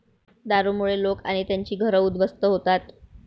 दारूमुळे लोक आणि त्यांची घरं उद्ध्वस्त होतात